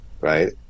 right